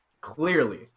Clearly